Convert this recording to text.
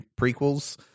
prequels –